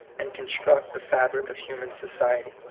and construct the fabric of human society.